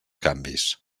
canvis